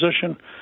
position